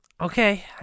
Okay